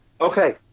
Okay